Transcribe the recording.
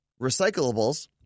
recyclables